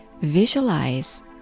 visualize